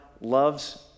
loves